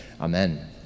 Amen